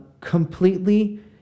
completely